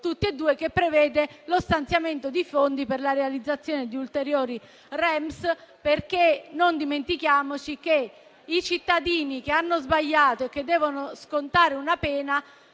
entrambi - che prevede lo stanziamento di fondi per la realizzazione di ulteriori REMS. Non dimentichiamoci infatti che i cittadini che hanno sbagliato e che devono scontare una pena